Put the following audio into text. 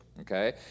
okay